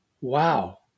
Wow